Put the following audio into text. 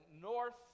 north